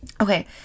Okay